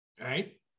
right